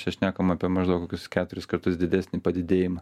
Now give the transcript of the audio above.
čia šnekam apie maždaug kokius keturis kartus didesnį padidėjimą